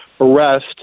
arrest